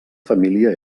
família